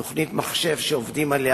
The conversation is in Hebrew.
תוכנית מחשב שעובדים עליה.